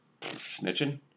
Snitching